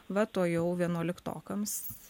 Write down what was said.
vat o jau vienuoliktokams